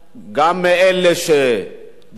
גם אלה שדיברו,